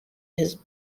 his